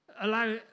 allow